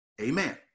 amen